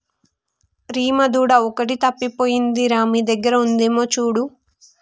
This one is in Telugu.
రీమా దూడ ఒకటి తప్పిపోయింది రా మీ దగ్గర ఉందేమో చూడు